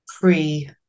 pre